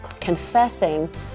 confessing